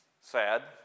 sad